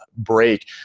break